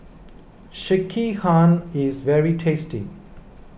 Sekihan is very tasty